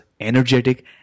energetic